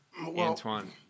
Antoine